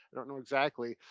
i don't know exactly.